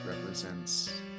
represents